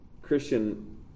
Christian